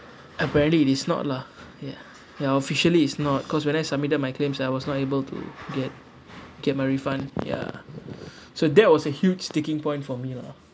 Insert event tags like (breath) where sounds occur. apparently it is not lah ya ya officially it's not cause when I submitted my claims I was not able to get get my refund ya (breath) so that was a huge sticking point for me lah